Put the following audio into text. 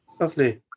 lovely